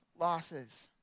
losses